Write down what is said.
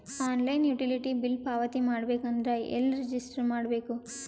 Online utility bill ಪಾವತಿ ಮಾಡಬೇಕು ಅಂದ್ರ ಎಲ್ಲ ರಜಿಸ್ಟರ್ ಮಾಡ್ಬೇಕು?